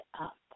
up